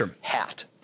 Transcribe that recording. hat